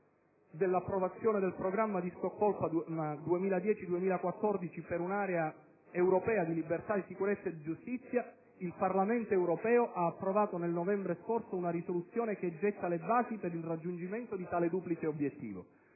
Nel quadro dell'approvazione del «Programma di Stoccolma 2010-2014 per un'area europea di libertà, di sicurezza e giustizia», il Parlamento europeo ha approvato nel novembre scorso una risoluzione che getta le basi per il raggiungimento di tale duplice obiettivo.